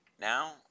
now